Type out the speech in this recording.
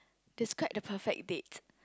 describe the perfect date